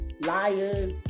liars